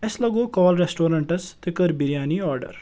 اسہِ لَگٲو کال ریٚسٹورنٹَس تہِ کٔر بِریانی آرڈَر